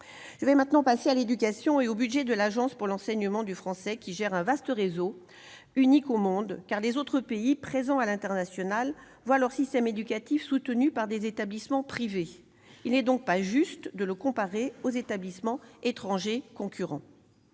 Je vais maintenant passer à l'éducation et au budget de l'Agence pour l'enseignement français à l'étranger, l'AEFE, qui gère un vaste réseau, unique au monde, car les autres pays présents à l'international voient leur système éducatif soutenu par des établissements privés. Il n'est donc pas juste de comparer l'Agence aux établissements étrangers concurrents.